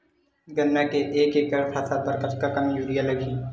गन्ना के एक एकड़ फसल बर कतका कन यूरिया लगही?